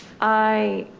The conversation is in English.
i,